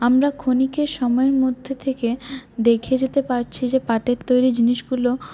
আমরা ক্ষণিকের সময়ের মধ্যে থেকে দেখে যেতে পারছি যে পাটের তৈরি জিনিসগুলো